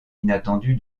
inattendu